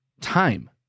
time